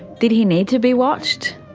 did he need to be watched?